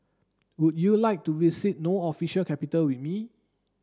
would you like to visit No official capital with me